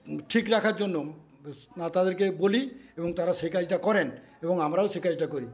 ঠিক রাখার জন্য তাদেরকে বলি এবং তারা সেই কাজটা করেন এবং আমরাও সেই কাজটা করি